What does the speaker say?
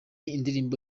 indirimbo